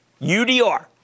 UDR